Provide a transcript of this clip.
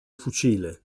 fucile